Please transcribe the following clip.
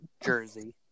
Jersey